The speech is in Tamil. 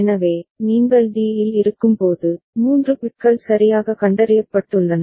எனவே நீங்கள் d இல் இருக்கும்போது 3 பிட்கள் சரியாக கண்டறியப்பட்டுள்ளன